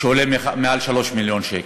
שעולה מעל 3 מיליון שקל,